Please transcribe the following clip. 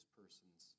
persons